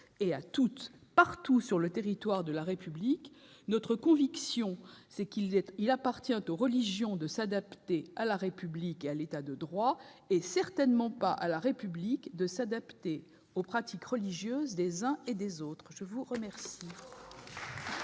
et à toutes partout sur le territoire de la République. C'est aux religions de s'adapter à la République et à l'état de droit, et certainement pas à la République de s'adapter aux pratiques religieuses des uns et des autres. La parole